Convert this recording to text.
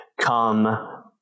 come